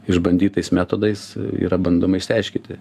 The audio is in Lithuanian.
išbandytais metodais yra bandoma išsiaiškiti